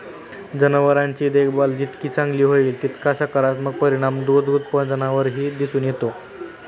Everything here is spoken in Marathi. जनावरांची देखभाल जितकी चांगली होईल, तितका सकारात्मक परिणाम दूध उत्पादनावरही दिसून येतो